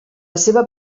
seva